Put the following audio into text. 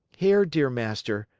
here, dear master,